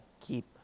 keep